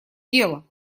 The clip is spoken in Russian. дело